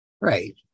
right